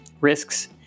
risks